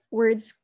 words